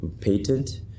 patent